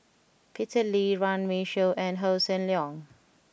Peter Lee Runme Shaw and Hossan Leong